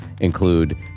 include